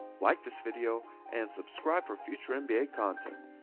like this video and subscribe for future and nba content.